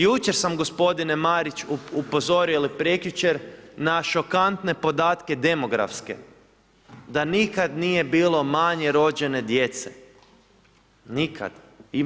Jučer sam gospodine Marić upozorio ili prekjučer na šokantne podatke demografske, da nikada nije bilo manje rođene djece, nikada.